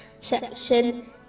section